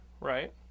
right